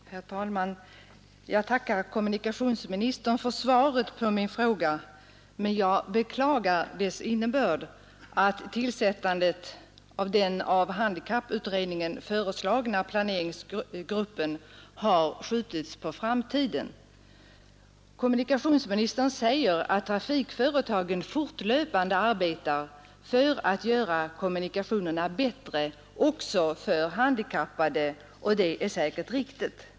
Herr talman! Jag tackar kommunikationsministern för svaret på min fråga, men jag beklagar dess innebörd — att tillsättandet av den av handikapputredningen föreslagna planeringsgruppen har skjutits på framtiden. Kommunikationsministern säger att trafikföretagen fortlöpande arbetar för att göra kommunikationerna bättre också för handikappade, och det är säkert riktigt.